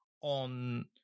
on